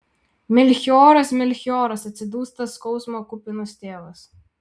melchioras melchioras atsidūsta skausmo kupinas tėvas